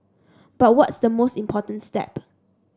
but what's the most important step